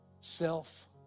Self